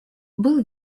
был